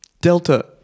delta